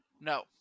No